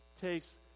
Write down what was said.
takes